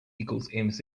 equals